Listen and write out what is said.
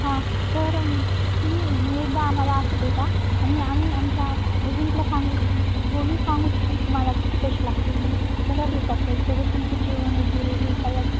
हां तर तुम्ही एकदा आम्हाला असं भेटा आणि आम्ही आमच्या एजेंटला सांगू बोलून सांगूत की तुम्हाला किती पैसे लागतील मग पंधरा दिवसाच सोबत तुमचं जेवण वगैरे हे काही अस